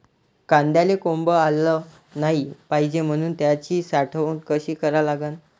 कांद्याले कोंब आलं नाई पायजे म्हनून त्याची साठवन कशी करा लागन?